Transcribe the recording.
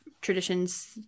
traditions